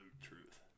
truth